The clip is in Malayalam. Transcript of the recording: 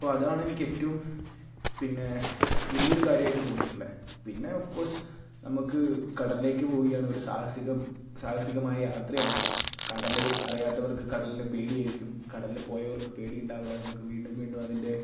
അപ്പോൾ അതാണ് എനിക്ക് എറ്റവും പിന്നെ വലിയ ഒരു കാര്യമായിട്ട് തോന്നിയിട്ടുള്ളത് പിന്നെ ഒഫ്കോസ് നമുക്ക് കടൽലേക്ക് പോവുകയാണ് ഒരു സാഹസികം സാഹസികമായ യാത്രയാണ് കടൽ അറിയാത്തവർക്ക് കടലിനെ പേടിയായിരിക്കും കടലിൽ പോയവർക്ക് പേടിയുണ്ടാകില്ല നമുക്ക് വീണ്ടും വീണ്ടും അതിൻ്റെ